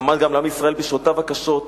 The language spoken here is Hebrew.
עמד גם לעם ישראל בשעותיו הקשות,